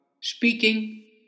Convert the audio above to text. speaking